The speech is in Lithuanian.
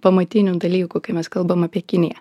pamatinių dalykų kai mes kalbam apie kiniją